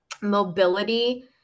mobility